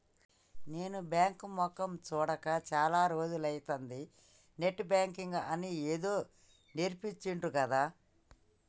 నేను బాంకు మొకేయ్ సూడక చాల రోజులైతంది, నెట్ బాంకింగ్ అని ఏదో నేర్పించిండ్రు గదా